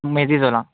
মেজি জ্বলাওঁ